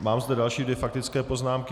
Mám zde další dvě faktické poznámky.